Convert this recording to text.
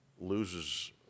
loses